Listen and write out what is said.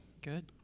Good